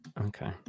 okay